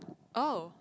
oh